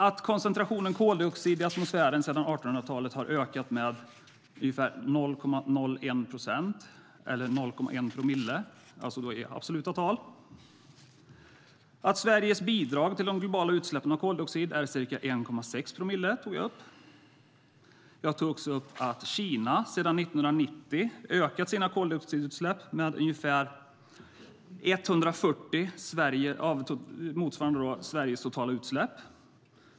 Att koncentrationen koldioxid i atmosfären sedan 1800-talet har ökat med ungefär 0,01 procent, eller 0,1 promille, i absoluta tal. Att Sveriges bidrag till de globala utsläppen av koldioxid är ca 1,6 promille. Att Kina sedan 1990 ökat sina koldioxidutsläpp med ungefär motsvarande 140 gånger Sveriges totala utsläpp.